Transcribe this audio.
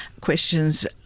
questions